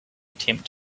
attempt